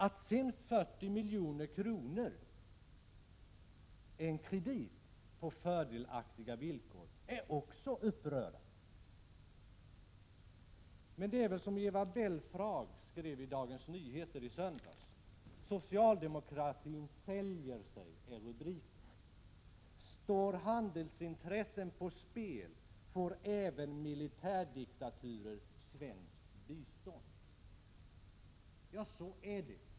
Att 40 milj.kr. är en kredit på fördelaktiga villkor är också upprörande. Men det är väl så som Eva Belfrage skrev i Dagens Nyheter i söndags. Socialdemokratin säljer sig, är rubriken. Står handelsintressen på spel får även militärdiktaturer svenskt bistånd, skriver Eva Belfrage. Ja, så är det.